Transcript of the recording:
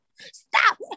Stop